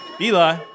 Eli